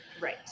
Right